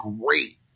great